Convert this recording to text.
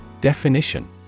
Definition